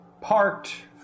parked